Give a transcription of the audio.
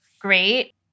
great